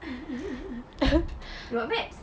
you got maths